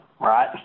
right